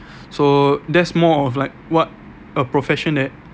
so that's more of like what a profession that